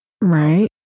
Right